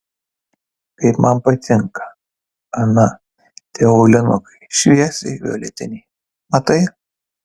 kaip man patinka ana tie aulinukai šviesiai violetiniai matai